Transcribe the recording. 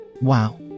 Wow